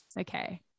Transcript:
Okay